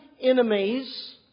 enemies